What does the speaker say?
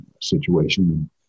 situation